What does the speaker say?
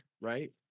right